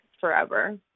forever